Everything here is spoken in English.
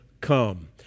come